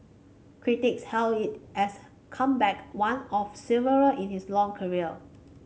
critics hailed it as a comeback one of several in his long career